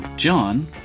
John